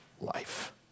life